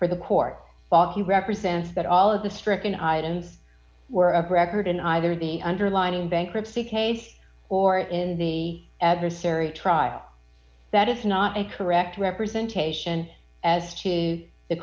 for the court box you represent that all of the stricken items were of record in either the underlining bankruptcy case or in the adversary trial that is not a correct representation as to the